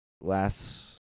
Last